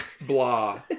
blah